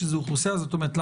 זאת אומרת,